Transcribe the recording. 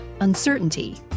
uncertainty